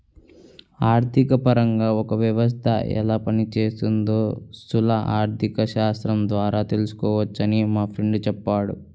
ఆర్థికపరంగా ఒక వ్యవస్థ ఎలా పనిచేస్తోందో స్థూల ఆర్థికశాస్త్రం ద్వారా తెలుసుకోవచ్చని మా ఫ్రెండు చెప్పాడు